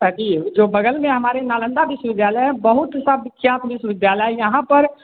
अभी जो बगल में हमारे नालंदा विश्वविद्यालय है बहुत से विख्यात विश्वविद्यालय हैं यहाँ पर